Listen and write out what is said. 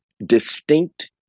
distinct